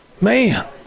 Man